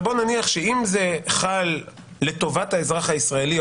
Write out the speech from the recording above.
אם זה חל לטובת האזרח הישראלי,